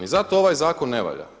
I zato ovaj zakon ne valja.